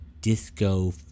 disco